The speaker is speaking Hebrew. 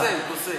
עושה.